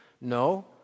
No